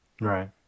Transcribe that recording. Right